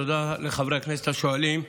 תודה לחברי הכנסת השואלים.